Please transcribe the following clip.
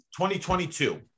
2022